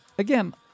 Again